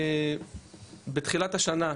בתחילת השנה,